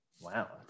Wow